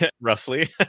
roughly